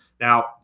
Now